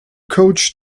coach